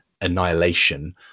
annihilation